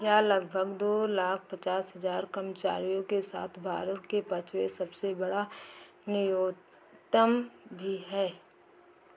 यह लगभग दो लाख पचास हजार कमर्चारियों के साथ भारत के पांचवे सबसे बड़ा नियोत्तम भी है